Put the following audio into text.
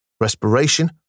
respiration